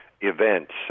Events